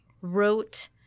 wrote